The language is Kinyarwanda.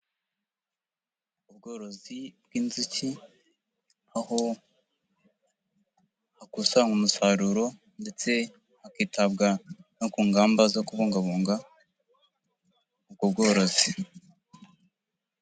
Ubworozi bw'inzuki, aho hakusanwa umusaruro, ndetse hakitabwa no ku ngamba zo kubungabunga ubworozi.